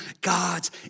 God's